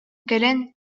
кэлэн